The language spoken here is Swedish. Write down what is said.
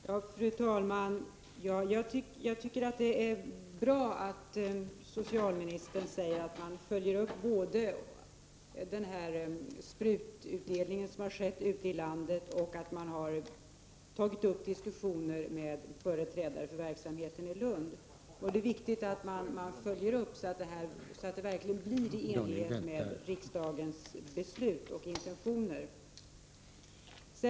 Fru talman! Jag tycker att det är bra att socialministern säger att man följer upp den sprututdelning som har skett ute i landet och att man har tagit upp diskussioner med företrädare för verksamheten i Lund. Det är viktigt att man följer upp detta, så att verksamheten bedrivs i enlighet med riksdagens beslut och intentioner.